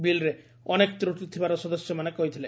ବିଲ୍ରେ ଅନେକ ତ୍ରଟି ଥିବାର ସଦସ୍ୟମାନେ କହିଥିଲେ